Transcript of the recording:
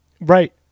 Right